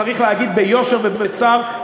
צריך להגיד ביושר ובצער,